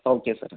okay sir